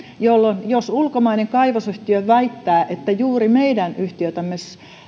jolloin jos ulkomainen kaivosyhtiö väittää että juuri meidän yhtiötämme